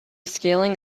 scaling